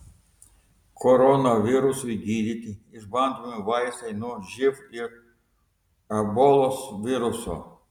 koronavirusui gydyti išbandomi vaistai nuo živ ir ebolos viruso